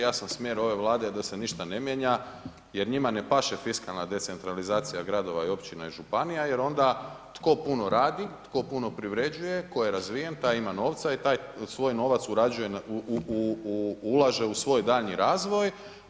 Jasan smjer je ove Vlade da se ništa ne mijenja jer njima ne paše fiskalna decentralizacija gradova i općina i županija jer onda tko puno radi, tko puno privređuje, tko je razvijen taj ima novca i taj svoj novac ulaže u svoj daljnji razvoj.